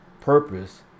purpose